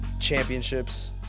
championships